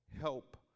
Help